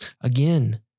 Again